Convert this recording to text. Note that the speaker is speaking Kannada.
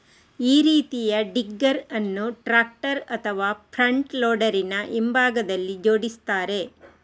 ಈ ರೀತಿಯ ಡಿಗ್ಗರ್ ಅನ್ನು ಟ್ರಾಕ್ಟರ್ ಅಥವಾ ಫ್ರಂಟ್ ಲೋಡರಿನ ಹಿಂಭಾಗದಲ್ಲಿ ಜೋಡಿಸ್ತಾರೆ